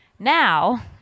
Now